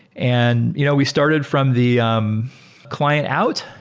and you know we started from the um client out,